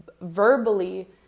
verbally